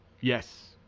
Yes